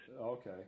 Okay